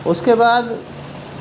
اس کے بعد